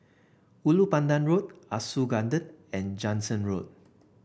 Ulu Pandan Road Ah Soo Garden and Jansen Road